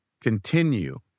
continue